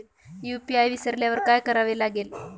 UPI विसरल्यावर काय करावे लागेल?